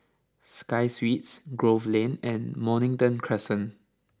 Sky Suites Grove Lane and Mornington Crescent